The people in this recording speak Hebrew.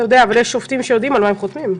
אבל יש שופטים שיודעים על מה הם חותמים.